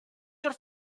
your